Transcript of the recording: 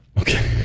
Okay